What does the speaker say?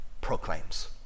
proclaims